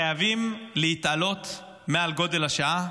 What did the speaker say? חייבים להתעלות ולהבין את גודל השעה.